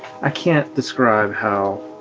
i can't describe how